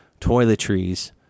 toiletries